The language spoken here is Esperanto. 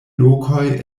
lokoj